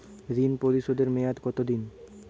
ঋণ পরিশোধের মেয়াদ কত দিন?